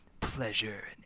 pleasure